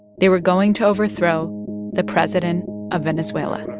they were going to overthrow the president of venezuela